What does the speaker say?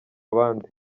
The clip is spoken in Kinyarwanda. bande